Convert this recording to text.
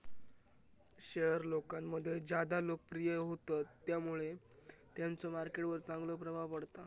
share लोकांमध्ये ज्यादा लोकप्रिय होतत त्यामुळे त्यांचो मार्केट वर चांगलो प्रभाव पडता